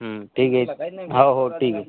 ठीक आहे हो हो ठीक आहे